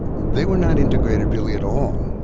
they were not integrated really at all.